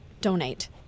Donate